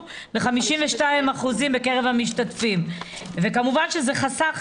ל-52% בקרב המשתתפים וכמובן שזה חסך,